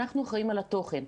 אנחנו אחראים על התוכן.